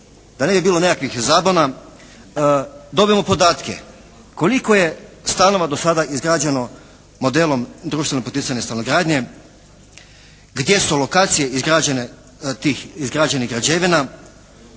da ne bi bilo nekakvih zabuna, dobijemo podatke koliko je stanova do sada izgrađeno modelom društveno poticajne stanogradnje, gdje su lokacije izgrađene tih izgrađenih građevina?